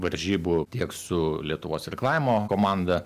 varžybų tiek su lietuvos irklavimo komanda